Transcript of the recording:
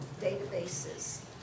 databases